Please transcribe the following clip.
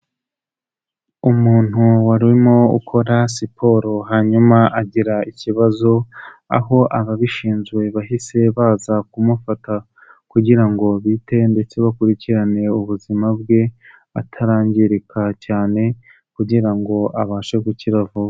Umuntu wari umo ukora siporo hanyuma agira ikibazo, aho ababishinzwe bahise baza kumufata kugira ngo bite ndetse bakurikirane ubuzima bwe atarangirika cyane kugira ngo abashe gukira vuba.